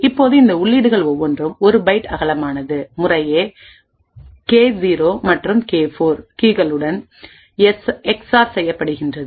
இப்போது இந்த உள்ளீடுகள் ஒவ்வொன்றும் ஒரு பைட் அகலமானதுமுறையே கே 0K 0 மற்றும் கே 4K 4 கீகளுடன் எஸ்ஆர் செய்யப்படுகின்றது